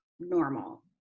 normal